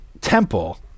temple